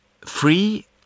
free